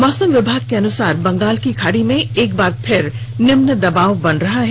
मौसम विभाग के अनुसार बंगाल की खाड़ी में एक बार फिर निम्न दबाव बन रहा है